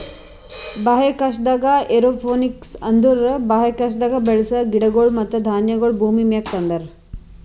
ಬಾಹ್ಯಾಕಾಶದಾಗ್ ಏರೋಪೋನಿಕ್ಸ್ ಅಂದುರ್ ಬಾಹ್ಯಾಕಾಶದಾಗ್ ಬೆಳಸ ಗಿಡಗೊಳ್ ಮತ್ತ ಧಾನ್ಯಗೊಳ್ ಭೂಮಿಮ್ಯಾಗ ತಂದಾರ್